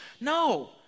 No